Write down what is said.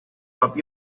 have